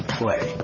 play